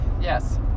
Yes